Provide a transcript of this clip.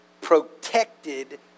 protected